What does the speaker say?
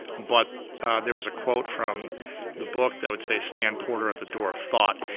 but there was a quote from the book that would say stand quarter at the door thought,